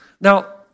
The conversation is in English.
Now